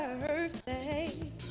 birthday